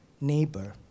neighbor